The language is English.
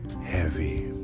heavy